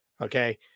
Okay